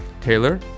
Taylor